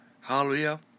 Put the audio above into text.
Hallelujah